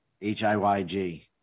h-i-y-g